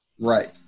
Right